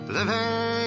Living